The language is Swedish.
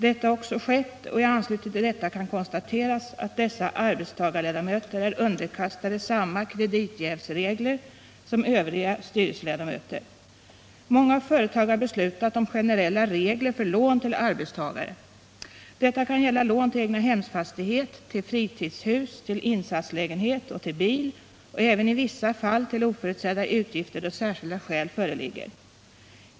Detta har också skett, och i anslutning härtill kan konstateras att dessa arbetstagarledamöter är underkastade samma kreditjävsregler som övriga styrelseledamöter. Många företag har beslutat om generella regler för lån till arbetstagare. Detta kan gälla lån till egnahemsfastighet, fritidshus, insatslägenhet och bil, och även i vissa fall till oförutsedda utgifter då särskilda skäl föreligger.